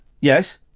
yes